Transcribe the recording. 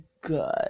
good